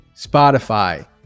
Spotify